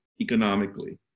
economically